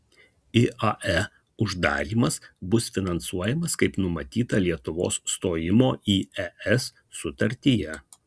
iae uždarymas bus finansuojamas kaip numatyta lietuvos stojimo į es sutartyje